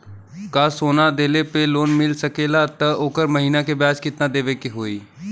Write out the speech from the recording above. का सोना देले पे लोन मिल सकेला त ओकर महीना के ब्याज कितनादेवे के होई?